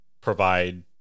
provide